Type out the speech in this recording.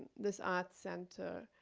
this art center,